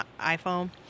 iPhone